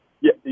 Yes